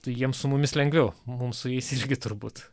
tai jiem su mumis lengviau mums su jais irgi turbūt